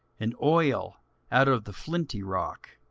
and oil out of the flinty rock